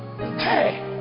Hey